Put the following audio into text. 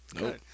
Nope